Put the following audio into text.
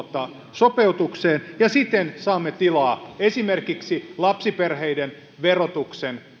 sopeutukseen ja siten saamme tilaa esimerkiksi lapsiperheiden verotuksen